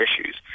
issues